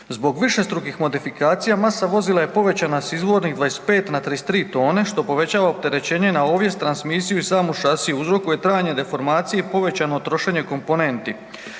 Zbog višestrukih modifikacija masa vozila je povećana s izvornih 25 na 33 tone što povećava opterećenje na ovjes, transmisiju i samu šasiju, uzrokuje trajne deformacije i povećano trošenje komponenti.